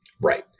Right